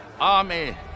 army